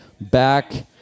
Back